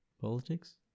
Politics